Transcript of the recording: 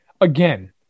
again